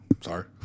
Sorry